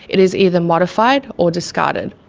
it is either modified or discarded.